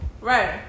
Right